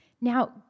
Now